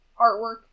Artwork